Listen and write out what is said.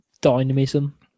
dynamism